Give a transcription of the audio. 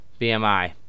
BMI